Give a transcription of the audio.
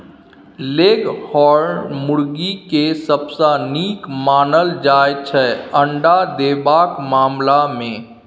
leghorn मुरगी केँ सबसँ नीक मानल जाइ छै अंडा देबाक मामला मे